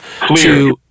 Clear